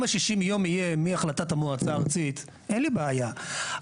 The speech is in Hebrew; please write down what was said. אם 60 הימים יהיו מהחלטת המועצה הארצית אין לי בעיה,